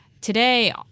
Today